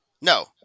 No